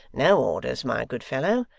no orders, my good fellow.